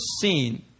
seen